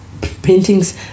paintings